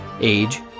age